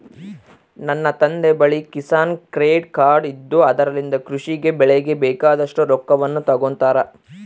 ನನ್ನ ತಂದೆಯ ಬಳಿ ಕಿಸಾನ್ ಕ್ರೆಡ್ ಕಾರ್ಡ್ ಇದ್ದು ಅದರಲಿಂದ ಕೃಷಿ ಗೆ ಬೆಳೆಗೆ ಬೇಕಾದಷ್ಟು ರೊಕ್ಕವನ್ನು ತಗೊಂತಾರ